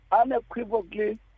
Unequivocally